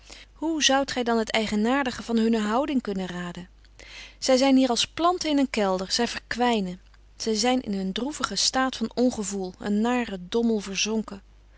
hoe zoudt gij dan het eigenaardige van hunne houding kunnen raden ze zijn hier als planten in een kelder zij verkwijnen zij zijn in een droevigen staat van ongevoel een naren dommel verzonken